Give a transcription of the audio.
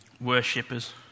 worshippers